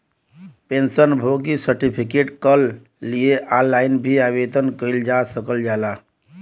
pension भोगी certificate कल लिए ऑनलाइन भी आवेदन कइल जा सकल जाला